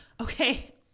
okay